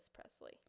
Presley